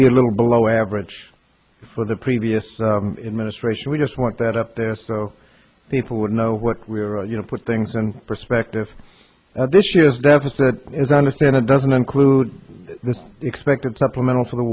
be a little below average for the previous administration we just want that up there so people would know what we were you know put things in perspective that this year's deficit is understand it doesn't include the expected supplemental for the